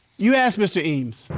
you asked mr. eames,